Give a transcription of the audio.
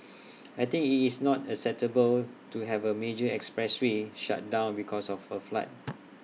I think IT is not acceptable to have A major expressway shut down because of A flood